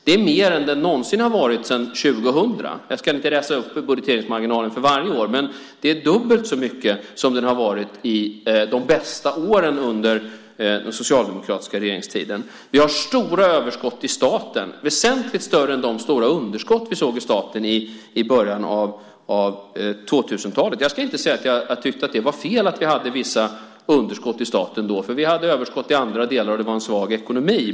Det är mer än det någonsin har varit sedan 2000. Jag ska inte läsa upp budgeteringsmarginalen för varje år, men det är dubbelt så mycket som det var de bästa åren under den socialdemokratiska regeringstiden. Vi har stora överskott i staten, väsentligt större än de stora underskott vi såg i staten i början av 2000-talet. Jag ska inte säga att jag tycker att det var fel att vi hade vissa underskott i staten då, för vi hade överskott i andra delar och det var en svag ekonomi.